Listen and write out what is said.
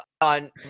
on